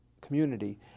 community